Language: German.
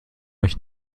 euch